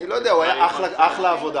עבודה